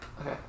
Okay